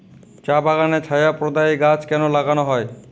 চা বাগানে ছায়া প্রদায়ী গাছ কেন লাগানো হয়?